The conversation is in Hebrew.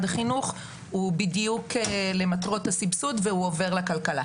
החינוך הוא בדיוק למטרות הסבסוד והוא עובר לכלכלה.